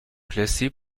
classées